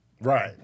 Right